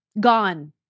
Gone